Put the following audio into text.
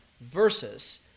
versus